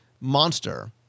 monster